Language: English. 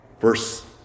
Verse